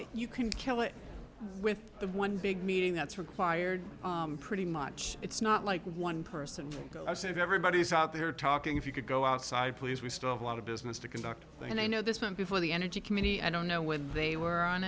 you can kill it with the one big meeting that's required pretty much it's not like one person said everybody is out there talking if you could go outside please we still have a lot of business to conduct and i know this won't be for the energy committee i don't know when they were on